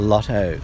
Lotto